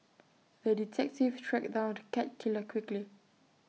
the detective tracked down the cat killer quickly